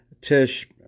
Tish